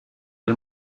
del